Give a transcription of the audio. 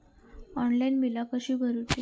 Online बिला कशी भरूची?